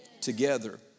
Together